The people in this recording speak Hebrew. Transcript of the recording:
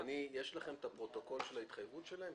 יש לכם את הפרוטוקול של ההתחייבות שלהם?